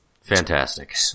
fantastic